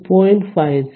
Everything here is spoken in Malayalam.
56 e 10 t dt